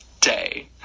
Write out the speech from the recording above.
day